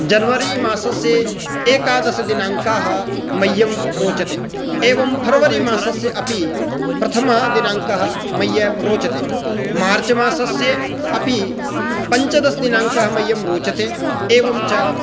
जन्वरीमासस्य एकादशदिनाङ्कः मह्यं रोचते एवं फ़र्वरीमासस्य अपि प्रथमः दिनाङ्कः मह्यं रोचते मार्चमासस्य अपि पञ्चदशदिनाङ्कः मह्यं रोचते एवञ्च